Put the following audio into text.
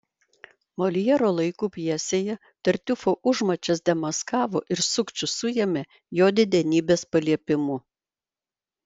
moljero laikų pjesėje tartiufo užmačias demaskavo ir sukčių suėmė jo didenybės paliepimu